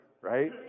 right